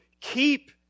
keep